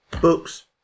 books